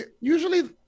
Usually